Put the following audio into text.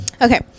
Okay